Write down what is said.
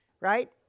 right